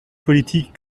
politique